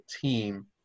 team